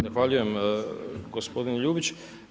Zahvaljujem gospodine Ljubić.